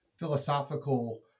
philosophical